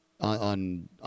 on